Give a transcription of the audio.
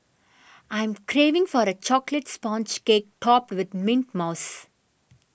I'm craving for a Chocolate Sponge Cake Topped with Mint Mousse